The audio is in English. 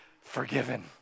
forgiven